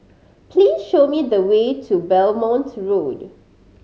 please show me the way to Belmont Road